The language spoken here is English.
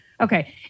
okay